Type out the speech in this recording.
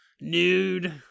nude